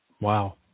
wow